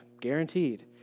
guaranteed